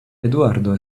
eduardo